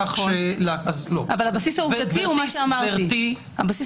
כיוון